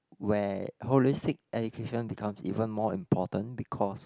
where holistic education becomes even more important because